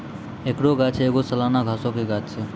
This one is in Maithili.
एकरो गाछ एगो सलाना घासो के गाछ छै